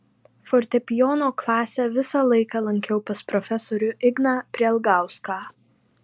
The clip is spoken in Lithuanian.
fortepijono klasę visą laiką lankiau pas profesorių igną prielgauską